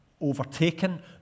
overtaken